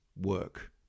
work